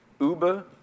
Uber